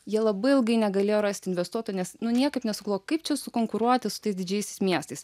jie labai ilgai negalėjo rast investuoto nes nu niekaip nesugalvo kaip čia sukonkuruoti su tais didžiaisiais miestais